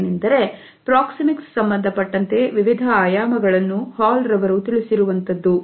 ಅದೇನೆಂದರೆ ಪ್ರಾಕ್ಸಿಮಿಕ್ಸ್ ಸಂಬಂಧಪಟ್ಟಂತೆ ವಿವಿಧ ಆಯಾಮಗಳನ್ನು ಹಾಲ್ ರವರು ತಿಳಿಸಿರುವಂತದ್ದು